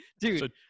dude